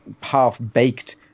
half-baked